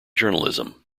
journalism